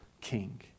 king